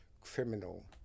criminal